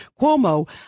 Cuomo